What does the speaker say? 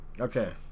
Okay